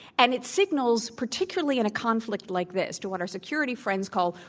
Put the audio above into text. and it signals, particularly in a conflict like this, to what our security friends call,